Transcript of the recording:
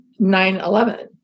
9-11